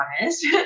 honest